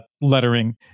lettering